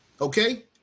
okay